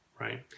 right